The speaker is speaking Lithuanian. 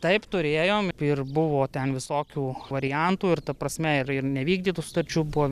taip turėjom ir buvo ten visokių variantų ir ta prasme ir ir nevykdytų sutarčių buvo